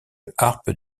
harpe